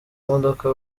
modoka